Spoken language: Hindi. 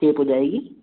टेप हो जाएगा